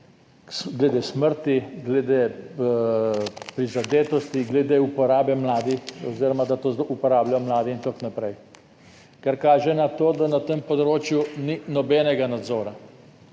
glede smrti, glede prizadetosti, glede uporabe mladih oziroma, da to uporabljajo mladi in tako naprej, kar kaže na to, da na tem področju ni nobenega nadzora.